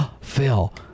Phil